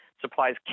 supplies